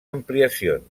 ampliacions